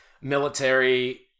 military